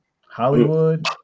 Hollywood